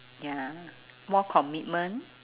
ya lah more commitment